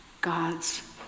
God's